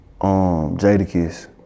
Jadakiss